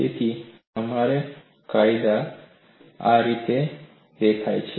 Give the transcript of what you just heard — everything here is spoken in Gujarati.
તેથી તેના આધારે કાયદો આ રીતે દેખાય છે